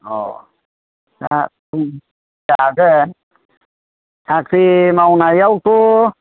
औ दा जागोन साख्रि मावनायावथ'